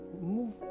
move